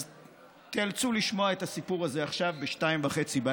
אז תיאלצו לשמוע את הסיפור הזה עכשיו, ב-02:30.